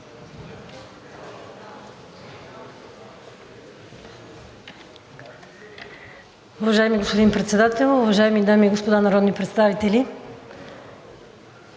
Уважаеми господин Председател, уважаеми дами и господа народни представители!